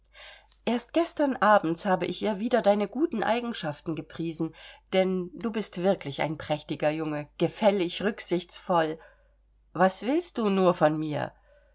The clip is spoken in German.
erst gestern abends habe ich ihr wieder deine guten eigenschaften gepriesen denn du bist wirklich ein prächtiger junge gefällig rücksichtsvoll was willst du nur von mir